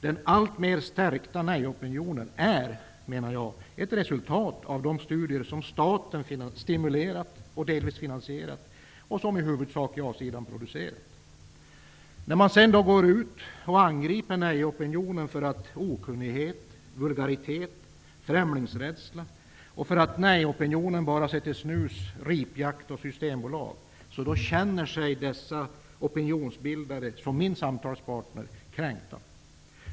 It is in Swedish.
Den alltmer stärkta nej-opinionen är, menar jag, ett resultat av de studier som staten stimulerat och delvis finansierat och som i huvudsak ja-sidan producerat. När man sedan går ut och angriper nej-opinionen och beskyller den för okunnighet, vulgaritet och främlingsrädsla eller säger att nej-opinionen bara ser till snuset, ripjakten och Systembolaget känner sig dessa opinionsbildare som min samtalspartner kränkta.